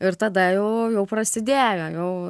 ir tada jau jau prasidėjo jau